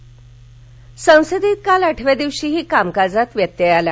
संसद संसदेत काल आठव्या दिवशीही कामकाजात व्यत्यय आला